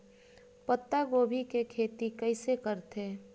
पत्तागोभी के खेती कइसे करथे?